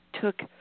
took